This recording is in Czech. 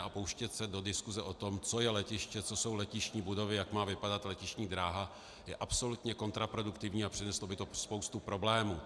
A pouštět se do diskuse o tom, co je letiště, co jsou letištní budovy, jak má vypadat letištní dráha, je absolutně kontraproduktivní a přineslo by to spoustu problémů.